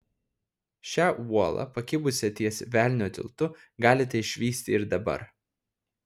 šią uolą pakibusią ties velnio tiltu galite išvysti ir dabar